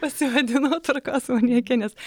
pasivadinau tvarkos maniake nes